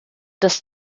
das